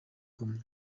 ibitero